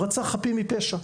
רצח חפים מפשע,